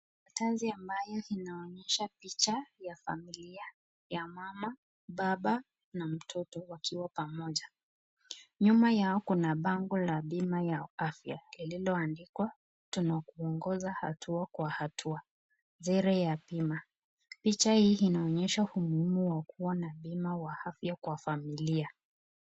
Tanzi ambayo inaonyesha picha ya familia ya mama, baba na mtoto wakiwa pamoja. Nyuma yao kuna bango la bima ya afya lililoandikwa tunakuongoza hatua kwa hatua. Sera ya bima. Picha hii inaonyesha umuhimu wa kuwa na bima wa afya kwa familia.